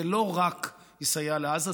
זה לא רק יסייע לעזה,